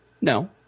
No